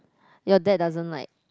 your dad doesn't like